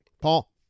Paul